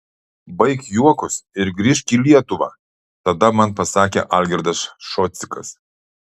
baik juokus ir grįžk į lietuvą tada man pasakė algirdas šocikas